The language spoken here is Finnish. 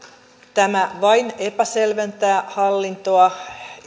tämä vain epäselventää hallintoa